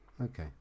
Okay